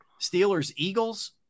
Steelers-Eagles